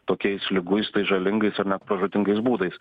tokiais liguistai žalingais ar net pražūtingais būdais